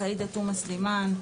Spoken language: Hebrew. עאידה תומא סלימאן,